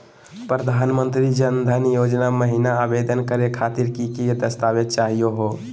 प्रधानमंत्री जन धन योजना महिना आवेदन करे खातीर कि कि दस्तावेज चाहीयो हो?